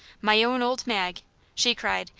my own old magi she cried,